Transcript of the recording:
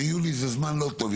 שיולי זה זמן לא טוב,